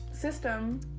System